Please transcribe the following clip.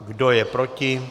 Kdo je proti?